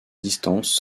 distances